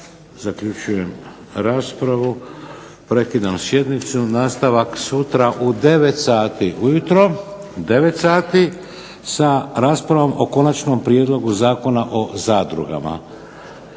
Zaključujem raspravu. Prekidam sjednicu. Nastavak sutra u 9,00 sati ujutro sa raspravom o Konačnom prijedlogu Zakona o zadrugama.